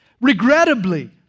regrettably